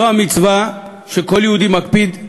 זו המצווה שכל יהודי מקפיד,